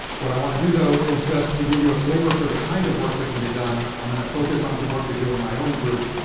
what i want to do though is just to give you a flavor for the kind of work that can be done. i'm going to focus on some work we do in my own group,